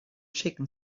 chicken